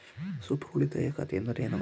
Super ಉಳಿತಾಯ ಖಾತೆ ಎಂದರೇನು?